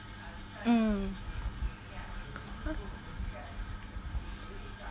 mm